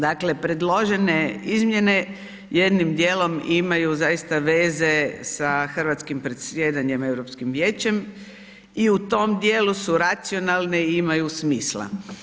Dakle predložene izmjene jednim djelom imaju zaista veze sa hrvatskim predsjedanjem Europskim vijećem i u tom djelu su racionalne i imaju smisla.